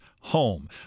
home